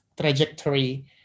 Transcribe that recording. trajectory